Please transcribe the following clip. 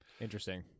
interesting